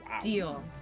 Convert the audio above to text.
Deal